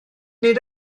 nid